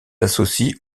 associe